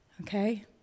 Okay